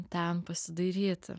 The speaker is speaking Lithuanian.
ten pasidairyti